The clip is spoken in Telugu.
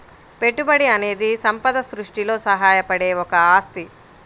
పెట్టుబడి అనేది సంపద సృష్టిలో సహాయపడే ఒక ఆస్తి